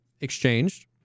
exchanged